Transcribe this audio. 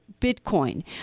Bitcoin